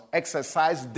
exercise